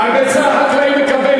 על ביצה חקלאי מקבל,